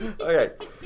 Okay